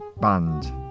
band